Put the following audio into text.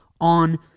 on